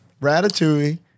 Ratatouille